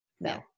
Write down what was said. no